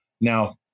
now